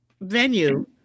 venue